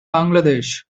bangladesh